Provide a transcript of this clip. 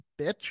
bitch